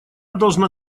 должна